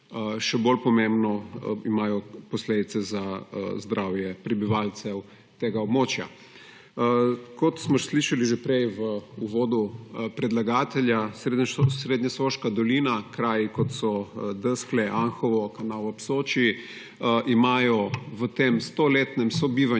še bolj pomembno, imajo posledice za zdravje prebivalcev tega območja. Kot smo slišali že prej v uvodu predlagatelja, srednja Soška dolina, kraji, kot so Deskle, Anhovo, Kanal ob Soči, imajo v tem stoletnem bivanju